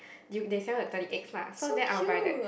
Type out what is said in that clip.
you they sell at thirty eight lah so then I will buy that